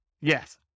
Yes